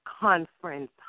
conference